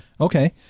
Okay